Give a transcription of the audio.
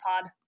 pod